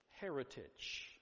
heritage